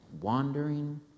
wandering